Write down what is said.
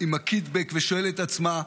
עם הקיטבג, ושואלת את עצמה: